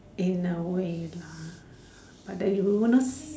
in a way lah but they will not